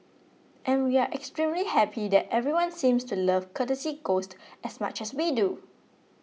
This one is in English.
and we extremely happy that everyone seems to love Courtesy Ghost as much as we do